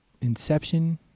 Inception-